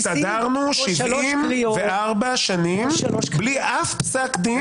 כמו שלוש קריאות --- הסתדרנו 74 שנים בלי שום פסק דין.